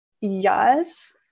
yes